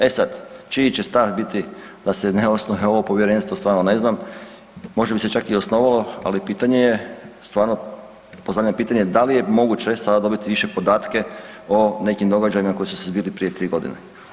E sad čiji će stav biti da se ne osnuje ovo povjerenstvo stvarno ne znam, možda bi se čak i osnovalo ali pitanje je, stvarno postavljam pitanje da li je moguće sada dobiti više podatke o nekim događajima koji su se zbili prije 3 godine.